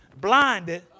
blinded